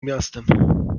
miastem